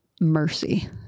mercy